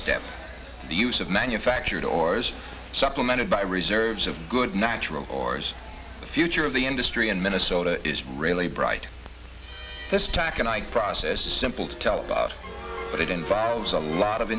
and the use of manufactured ores supplemented by reserves of good natural ores the future of the industry in minnesota is really bright this taconite process is simple to tell about but it involves a lot of